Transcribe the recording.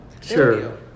Sure